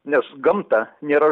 nes gamta nėra